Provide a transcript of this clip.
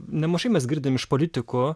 nemažai mes girdim iš politikų